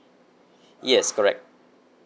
yes correct